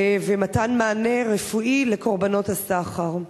ומתן מענה רפואי לקורבנות הסחר.